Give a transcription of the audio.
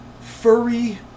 furry